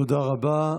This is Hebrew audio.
תודה רבה.